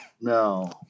no